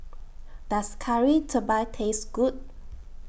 Does Kari Debal Taste Good